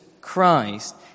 Christ